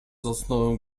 zasnąłem